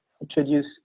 introduce